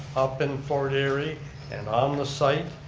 up in fort erie and on the site,